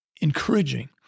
encouraging